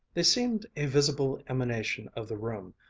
they seemed a visible emanation of the room,